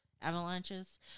avalanches